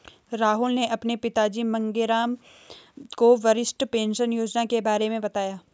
राहुल ने अपने पिताजी मांगेराम को वरिष्ठ पेंशन योजना के बारे में बताया